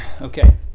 Okay